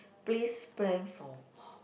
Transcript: please plan for